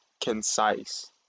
concise